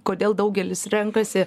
kodėl daugelis renkasi